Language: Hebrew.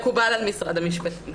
-- משרד המשפטים.